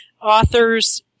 Authors